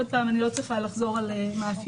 עוד פעם, אני לא צריכה לחזור על מאפייניהם.